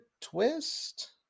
twist